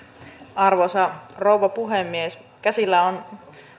arvoisa rouva puhemies käsillä on